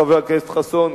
חבר הכנסת חסון,